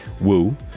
woo